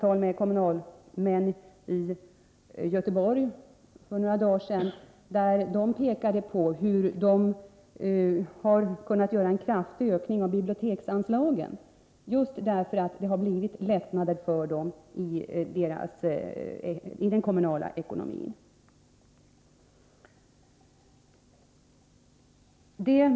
I ett samtal som jag för några dagar sedan hade med kommunalmän i Göteborg pekade dessa på hur de kunnat genomföra en kraftig ökning av biblioteksanslagen, just därför att det blivit lättnader i den kommunala ekonomin.